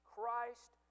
Christ